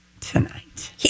tonight